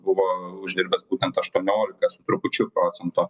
buvo uždirbęs būtent aštuoniolika su trupučiu procento